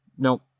Nope